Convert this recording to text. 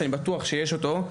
שאני בטוח שיש אותו,